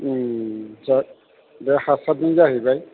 जा दा हास्लाबगोन जाहैबाय